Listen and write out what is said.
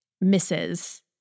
misses